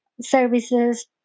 services